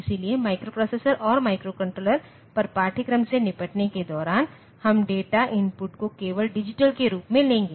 इसलिए माइक्रोप्रोसेसरों और माइक्रोकंट्रोलर्स पर पाठ्यक्रम से निपटने के दौरान हम डेटा इनपुट को केवल डिजिटल के रूप में लेंगे